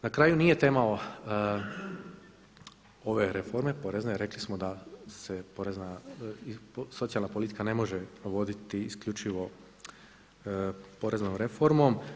Na kraju nije tema ove reforme, porezne rekli smo da se socijalna politika ne može voditi isključivo poreznom reformom.